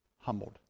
humbled